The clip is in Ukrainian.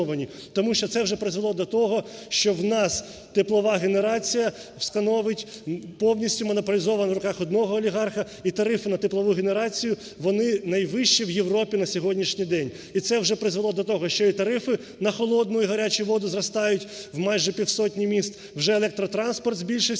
Тому що це вже призвело до того, що у нас теплова генерація становить… повністю монополізована у руках одного олігарха і тарифи на теплову генерацію вони найвищі в Європі на сьогоднішній день. І це вже призвело до того, що і тарифи на холодну і гарячу воду зростають майже у півсотні міст, вже електротранспорт збільшився